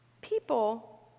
people